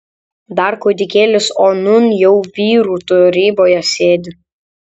dar kūdikėlis o nūn jau vyrų taryboje sėdi